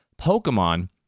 Pokemon